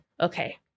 okay